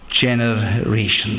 generations